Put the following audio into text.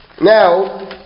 Now